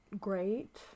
great